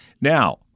Now